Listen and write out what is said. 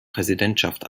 präsidentschaft